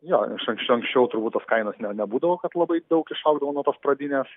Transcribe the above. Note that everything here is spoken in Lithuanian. jo iš anksčiau anksčiau turbūt tos kainos ne nebūdavo kad labai daug išaugdavo nuo tos pradinės